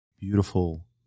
beautiful